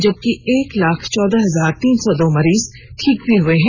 जबकि एक लाख चौदह हजार तीन सौ दो मरीज ठीक हुए हैं